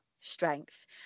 strength